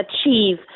achieve